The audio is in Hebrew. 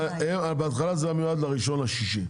בהתחלה זה היה מיועד ל-1 ביוני,